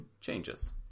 changes